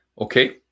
Okay